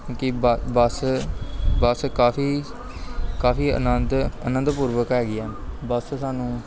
ਕਿਉਂਕਿ ਬ ਬੱਸ ਬੱਸ ਕਾਫ਼ੀ ਕਾਫ਼ੀ ਆਨੰਦ ਅਨੰਦਪੂਰਵਕ ਹੈਗੀ ਆ ਬੱਸ ਸਾਨੂੰ